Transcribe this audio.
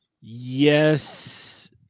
Yes